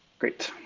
great,